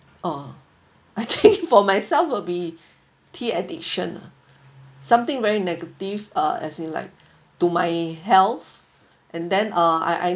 oh I think for myself will be tea addiction lah something very negative uh as in like to my health and then uh I I